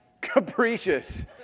Capricious